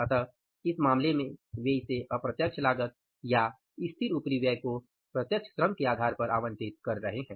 अतः इस मामले में वे इसे अप्रत्यक्ष लागत या स्थिर उपरिव्यय को प्रत्यक्ष श्रम के आधार पर आवंटित कर रहे हैं